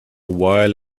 while